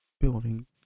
Building